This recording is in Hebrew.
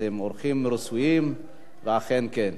אתם אורחים רצויים, אכן כן.